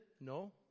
No